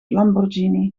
lamborghini